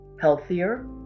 healthier